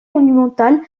monumental